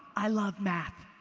i love math.